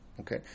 Okay